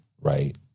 Right